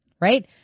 Right